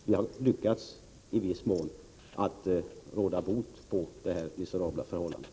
Vi har i viss mån lyckats råda bot på de miserabla förhållandena.